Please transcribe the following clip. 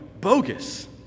Bogus